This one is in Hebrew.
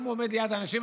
אם הוא עומד ליד אנשים,